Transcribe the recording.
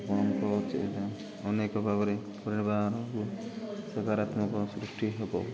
ଆପଣଙ୍କ ଟା ଅନେକ ଭାବରେ ପରିବାରରୁ ସକାରାତ୍ମକ ସୃଷ୍ଟି ହେବ